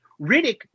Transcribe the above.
Riddick